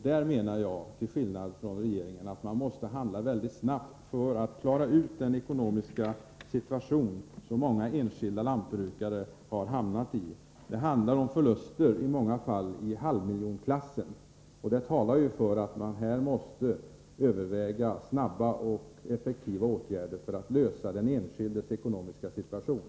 Där anser jag — till skillnad från regeringen — att man måste handla väldigt snabbt för att klara ut den ekonomiska situation som många enskilda lantbrukare har hamnat i. Det handlar i många fall om förluster i halvmiljonklassen. Det talar för att man här måste överväga snabba och effektiva åtgärder för att klara den enskildes ekonomiska situation.